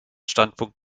standpunkt